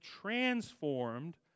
transformed